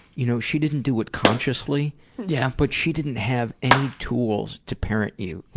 you know, she didn't do it consciously yeah but she didn't have any tools to parent you.